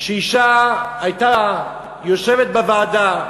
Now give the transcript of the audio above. כשאישה הייתה יושבת בוועדה,